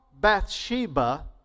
Bathsheba